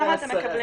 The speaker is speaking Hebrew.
כמה אתם מקבלים?